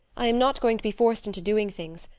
i'm not going to be forced into doing things.